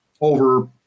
over